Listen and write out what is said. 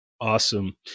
awesome